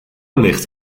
ligt